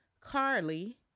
Carly